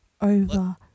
over